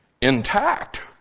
intact